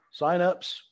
signups